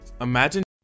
imagine